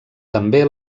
també